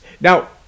Now